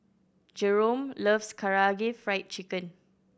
Jerome loves Karaage Fried Chicken